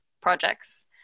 projects